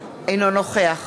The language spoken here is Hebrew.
אינו נוכח